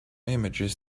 images